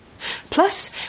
Plus